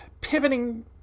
pivoting